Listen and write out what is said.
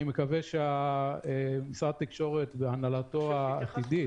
אני מקווה שמשרד התקשורת והנהלתו העתידית